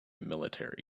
military